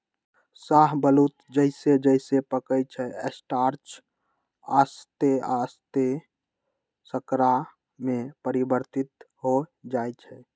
शाहबलूत जइसे जइसे पकइ छइ स्टार्च आश्ते आस्ते शर्करा में परिवर्तित हो जाइ छइ